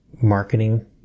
marketing